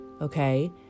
okay